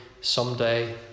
someday